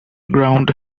ground